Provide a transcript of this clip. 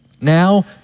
Now